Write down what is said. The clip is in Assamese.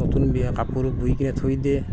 নতুন দিয়ে কাপোৰ ধুই কিনে থৈ দিয়ে